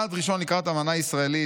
"צעד ראשון לקראת אמנה ישראלית,